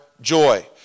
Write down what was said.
joy